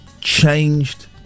Changed